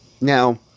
Now